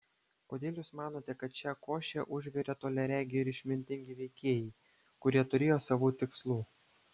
kodėl jūs manote kad šią košę užvirė toliaregiai ir išmintingi veikėjai kurie turėjo savų tikslų